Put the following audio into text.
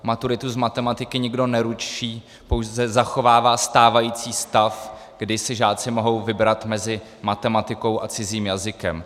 Maturitu z matematiky nikdo neruší, pouze zachovává stávající stav, kdy si žáci mohou vybrat mezi matematikou a cizím jazykem.